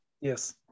Yes